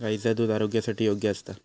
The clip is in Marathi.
गायीचा दुध आरोग्यासाठी योग्य असता